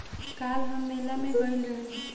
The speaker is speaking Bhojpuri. काल्ह हम मेला में गइल रहनी